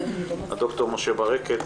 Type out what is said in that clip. והד"ר משה ברקת,